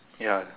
ya